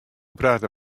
prate